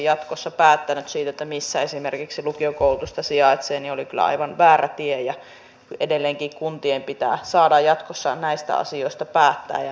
tässä taloudellisessa tilanteessa pitäisi tarkastella voisiko tämän hankkeen toteuttaa pikaisella aikataululla siten että rakentamisessa voitaisiin hyödyntää mahdollisimman paljon paikallista työvoimaa sekä paikallisia yrityksiä urakoitsijoita ja palveluita